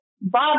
Bob